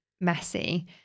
messy